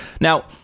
Now